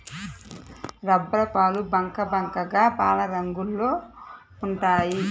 రబ్బరుపాలు బంకబంకగా పాలరంగులో ఉంటాయి